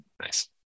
nice